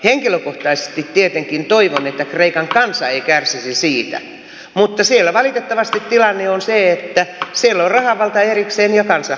henkilökohtaisesti tietenkin toivon että kreikan kansa ei kärsisi siitä mutta siellä valitettavasti tilanne on se että siellä on rahavalta erikseen ja kansa erikseen